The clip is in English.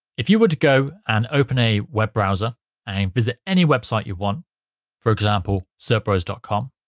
if you were to go and open a web browser and visit any website you want for example certbros dot com